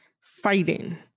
fighting